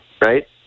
right